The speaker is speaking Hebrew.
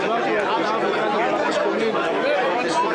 הפנייה נועדה לתקצוב 324,509 בהרשאה